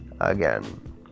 again